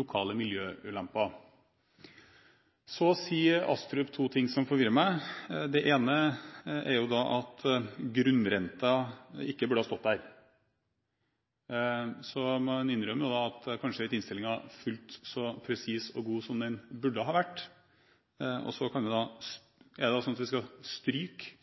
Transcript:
lokale miljøulemper.» Så sier Astrup to ting som forvirrer meg. Det ene er at det ikke burde stått «grunnrenten». Så han innrømmer da at innstillingen kanskje ikke er fullt så presis og god som den burde ha vært. Er det slik at vi skal stryke